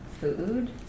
Food